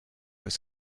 was